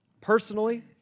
personally